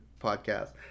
podcast